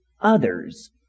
others